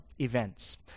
events